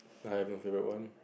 I have no favourite one